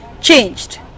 changed